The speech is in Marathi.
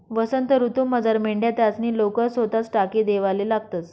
वसंत ऋतूमझार मेंढ्या त्यासनी लोकर सोताच टाकी देवाले लागतंस